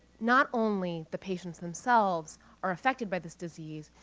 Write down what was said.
not only the patients themselves are affected by this disease,